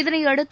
இதனையடுத்து